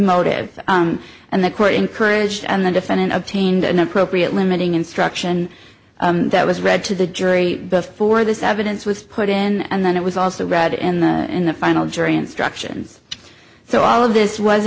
motive and the court encouraged and the defendant obtained an appropriate limiting instruction that was read to the jury before this evidence was put in and then it was also read in the in the final jury instructions so all of this was